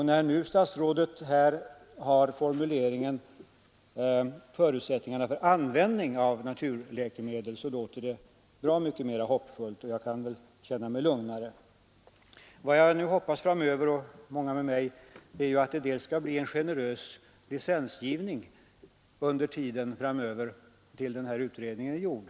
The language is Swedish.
När nu statsrådet här använder formuleringen ”förutsättningarna för användning av s.k. naturläkemedel” låter det bra mycket mera hoppfullt, och jag kan väl känna mig lugnare. Vad jag och många med mig hoppas är att det skall bli en generös licensgivning framöver tills utredningen är genomförd.